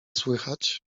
słychać